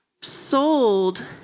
sold